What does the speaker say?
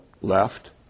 left